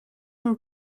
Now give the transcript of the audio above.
mon